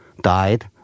died